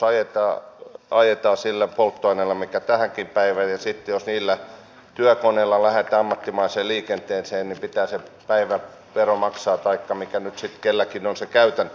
maataloudessa ajetaan sillä polttoaineella millä tähänkin päivään asti ja sitten jos niillä työkoneilla lähdetään ammattimaiseen liikenteeseen niin pitää se päivävero maksaa taikka mikä nyt sitten kenelläkin on se käytäntö